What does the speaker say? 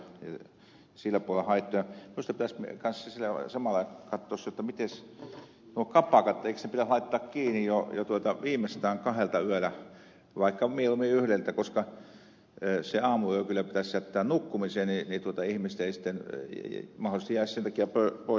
minusta pitäisi kanssa samalla katsoa se jotta miten nuo kapakat eikö ne pitäisi laittaa kiinni jo viimeistään kahdelta yöllä vaikka mieluummin yhdeltä koska se aamuyö kyllä pitäisi jättää nukkumiseen niin ihmiset eivät sitten mahdollisesti jäisi sen takia pois töistä ja jää riittävästi aikaa